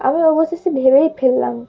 আমি অবশেষে ভেবেই ফেললাম